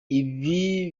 ibi